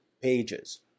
pages